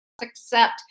accept